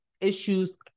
issues